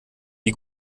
wie